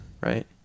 right